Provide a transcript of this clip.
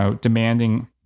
demanding